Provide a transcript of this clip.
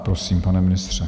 Prosím, pane ministře.